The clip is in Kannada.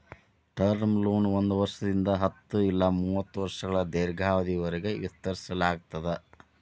ಟರ್ಮ್ ಲೋನ ಒಂದ್ ವರ್ಷದಿಂದ ಹತ್ತ ಇಲ್ಲಾ ಮೂವತ್ತ ವರ್ಷಗಳ ದೇರ್ಘಾವಧಿಯವರಿಗಿ ವಿಸ್ತರಿಸಲಾಗ್ತದ